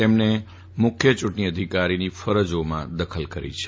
તેમણે મુખ્ય ચૂંટણી અધિકારીની ફરજામાં દખલ કરી છે